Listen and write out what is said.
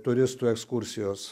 turistų ekskursijos